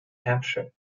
hampshire